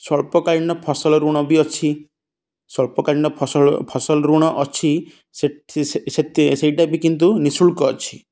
ସ୍ୱଳ୍ପକାଳୀନ ଫସଲ ଋଣ ବି ଅଛି ସ୍ୱଳ୍ପକାଳୀନ ଫସଲ ଫସଲ ଋଣ ଅଛି ସେଇଟା ବି କିନ୍ତୁ ନିଃଶୁଳ୍କ ଅଛି